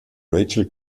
rachel